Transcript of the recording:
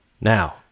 Now